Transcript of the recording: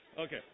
Okay